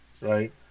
right